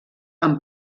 amb